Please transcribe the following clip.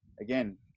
Again